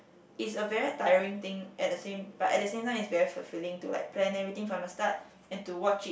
is a very tiring thing at the same but at the same time it's very fulfilling to like plan everything from the start and to watch it